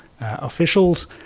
officials